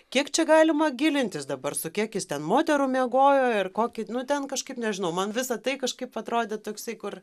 kiek čia galima gilintis dabar su kiek jis ten moterų miegojo ir kokį nu ten kažkaip nežinau man visa tai kažkaip atrodė toksai kur